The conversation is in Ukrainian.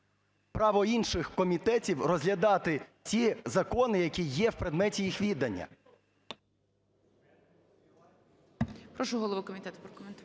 право інших комітетів розглядати ті закони, які є в предметі їх відання? ГОЛОВУЮЧИЙ. Прошу голову комітету прокоментувати.